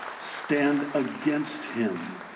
stand against him?